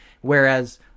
whereas